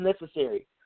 necessary